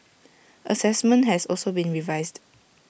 Assessment has also been revised